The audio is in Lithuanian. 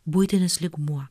buitinis lygmuo